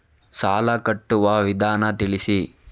ಸಾಲ ಕಟ್ಟುವ ವಿಧಾನ ತಿಳಿಸಿ?